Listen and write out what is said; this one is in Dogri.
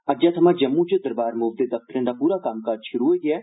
अज्जै थमां जम्मू च दरबार मूव दे दफ्तरें दा पूरा कम्मकाज शुरु होई गेआ ऐ